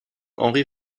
henri